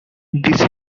this